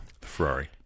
Ferrari